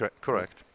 correct